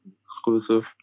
exclusive